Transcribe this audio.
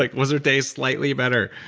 like was her day slightly better